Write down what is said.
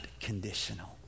Conditional